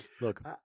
look